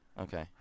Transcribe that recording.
Okay